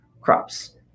crops